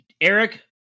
Eric